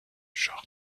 genre